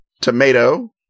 tomato